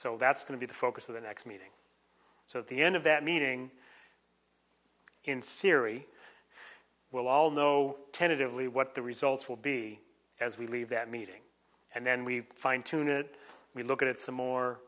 so that's going to be the focus of the next meeting so at the end of that meeting in theory we'll all know tentatively what the results will be as we leave that meeting and then we fine tune it we'll look at it some more